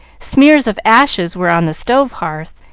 smears of ashes were on the stove hearth,